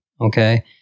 okay